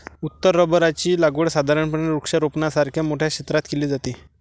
उत्तर रबराची लागवड साधारणपणे वृक्षारोपणासारख्या मोठ्या क्षेत्रात केली जाते